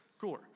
Cooler